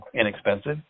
inexpensive